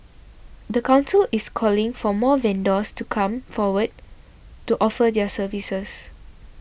the council is calling for more vendors to come forward to offer their services